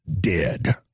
dead